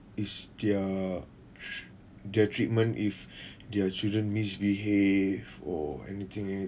is their sh~ their treatment if their children misbehave or anything